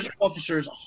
officers